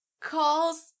calls